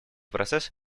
процесс